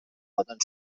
poden